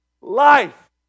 life